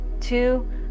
two